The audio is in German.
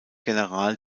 general